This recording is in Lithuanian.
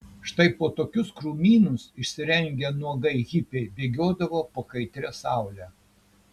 štai po tokius krūmynus išsirengę nuogai hipiai bėgiodavo po kaitria saule